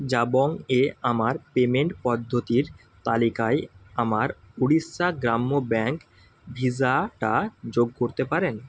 জাবং এ আমার পেমেন্ট পদ্ধতির তালিকায় আমার উড়িষ্যা গ্রাম্য ব্যাঙ্ক ভিসাটা যোগ করতে পারেন